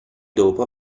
dopo